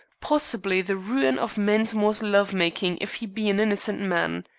possibly the ruin of mensmore's love-making if he be an innocent man.